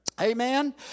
amen